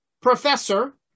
professor